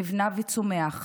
נבנה וצומח.